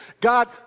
God